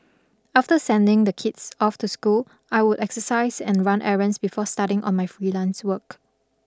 after sending the kids off to school I would exercise and run errands before starting on my freelance work